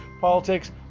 politics